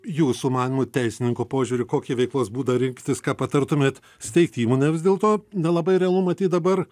jūsų manymu teisininko požiūriu kokį veiklos būdą rinktis ką patartumėt steigti įmonę vis dėlto nelabai realu matyt dabar